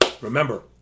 remember